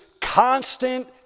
constant